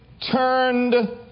Turned